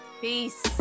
Peace